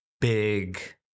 big